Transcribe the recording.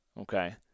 okay